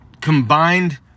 combined